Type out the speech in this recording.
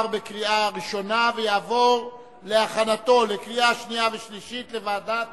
התשע"א 2010, לוועדת